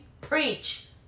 Preach